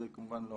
זה כמובן לא